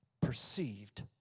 perceived